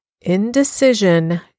indecision